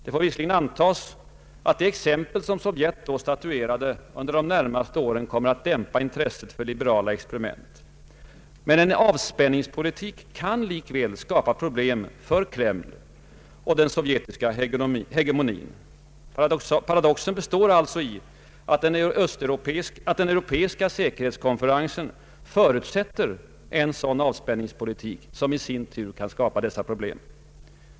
Det får visserligen antas att det exempel som Sovjet då statuerade under de närmaste åren dämpar intresset för liberala experiment. En avspänningspolitik kan likväl skapa problem för Kreml och den sovjetiska hegemonin. Paradoxen består alltså i att den europeiska säkerhetskonferensen förutsätter en sådan avspänningspolitik som i sin tur kan skapa dessa problem.